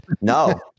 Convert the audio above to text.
No